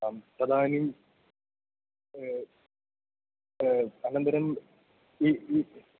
आं तदानीं अनन्तरम् इ इ